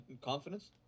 confidence